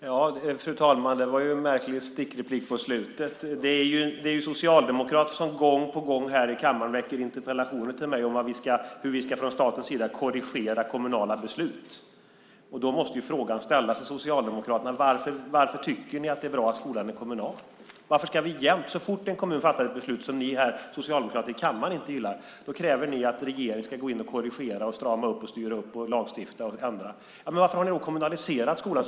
Fru talman! Det var en märklig stickreplik på slutet. Det är ju socialdemokrater som gång på gång här i kammaren ställer interpellationer till mig om hur vi från statens sida ska korrigera kommunala beslut. Då måste ju frågan ställas till Socialdemokraterna: Varför tycker ni att det är bra att skolan är kommunal? Så fort en kommun fattar ett beslut som ni socialdemokrater här i kammaren inte gillar kräver ni att regeringen ska gå in och korrigera, strama upp och styra upp, lagstifta och ändra. Varför har ni då kommunaliserat skolan?